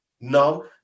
No